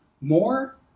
more